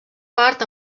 part